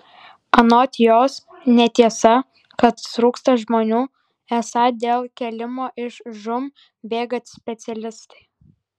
anot jos netiesa kad trūksta žmonių esą dėl kėlimo iš žūm bėga specialistai